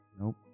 Nope